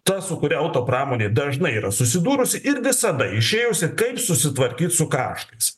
ta su kuria autopramonė dažnai yra susidūrusi ir visada išėjusi kaip susitvarkyt su karštais